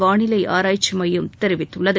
வானிலை ஆராய்ச்சி மையம் தெரிவித்துள்ளது